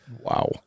Wow